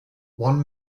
one